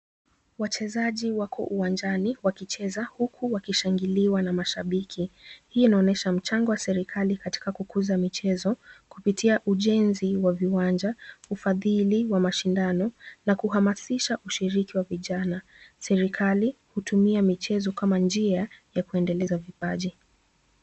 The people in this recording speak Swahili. Wachezaji wako uwanjani wakicheza huku wakishangiliwa na mashabiki. Hii inaonyesha mchango wa serikali katika kukuza michezo kupitia ujenzi wa viwanja, ufadhili wa mashindano na kuhamasisha ushiriki wa vijana. Serikali hutumia michezo kama njia ya kuendeleza vipaji.